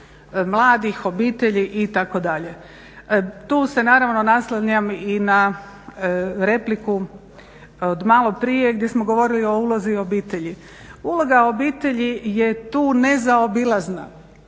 mladih, obitelji itd. Tu se naravno naslanjam i na repliku od maloprije gdje smo govorili o ulozi obitelji. Uloga obitelji je tu nezaobilazna.